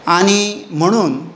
आनी म्हणून